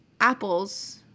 apples